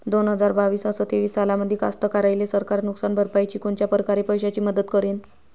दोन हजार बावीस अस तेवीस सालामंदी कास्तकाराइले सरकार नुकसान भरपाईची कोनच्या परकारे पैशाची मदत करेन?